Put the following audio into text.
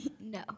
No